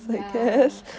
ya